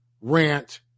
rant